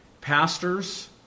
Pastors